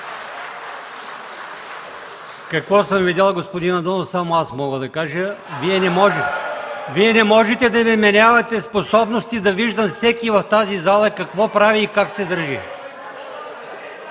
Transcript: Какво съм видял, господин Андонов, само аз мога да кажа. (Шум и реплики.) Вие не можете да ми вменявате способности да виждам всеки в тази зала какво прави и как се държи.